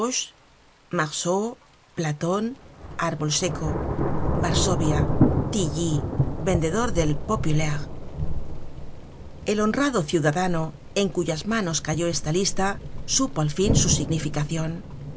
marceau platon arbol seco varsovia tilly vendedor del populaire el honrado ciudadano en cuyas manos cayó esta lista supo al fin su significacion